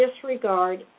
disregard